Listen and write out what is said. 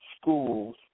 schools